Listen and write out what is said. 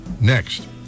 next